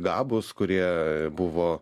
gabūs kurie buvo